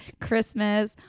Christmas